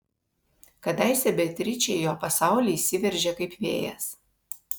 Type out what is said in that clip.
kadaise beatričė į jo pasaulį įsiveržė kaip vėjas